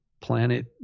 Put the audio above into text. planet